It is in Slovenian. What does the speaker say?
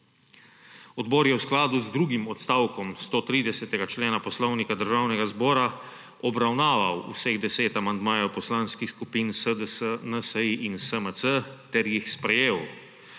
Odbor je v skladu z drugim odstavkom 130. člena Poslovnika Državnega zbora obravnaval vseh 10 amandmajev poslanskih skupin SDS, NSi in SMC ter jih sprejel.